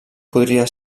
podria